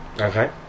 Okay